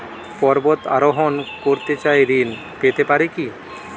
পর্বত আরোহণ করতে চাই ঋণ পেতে পারে কি?